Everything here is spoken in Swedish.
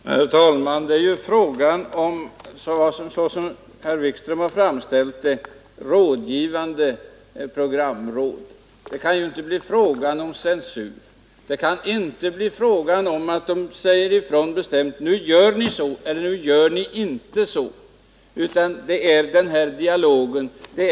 Herr talman! Som herr Wikström själv har framställt saken gäller det ju här ett rådgivande programråd. Det kan inte bli fråga om censur, och inte heller kan det bli fråga om att rådet bestämt säger ifrån att nu gör ni så, eller nu gör ni inte så. Det är en dialog man för.